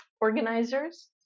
organizers